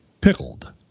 pickled